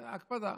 זאת הקפדה.